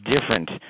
different